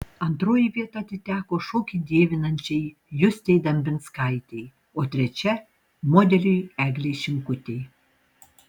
antroji vieta atiteko šokį dievinančiai justei dambinskaitei o trečia modeliui eglei šimkutei